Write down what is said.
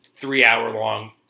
three-hour-long